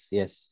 yes